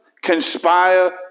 conspire